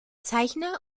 zeichner